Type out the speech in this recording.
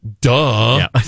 Duh